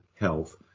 health